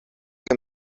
que